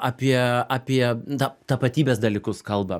apie apie ta tapatybės dalykus kalba